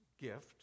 Gift